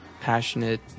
passionate